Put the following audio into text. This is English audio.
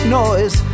noise